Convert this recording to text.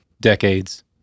decades